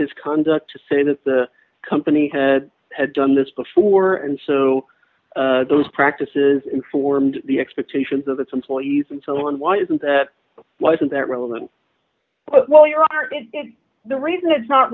his conduct to say that the company had done this before and so those practices informed the expectations of its employees and so on why isn't that wasn't that relevant well here are the reason it's not